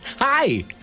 hi